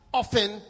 often